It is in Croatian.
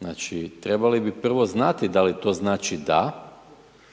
znači trebali bi prvo znati da li to znači DA,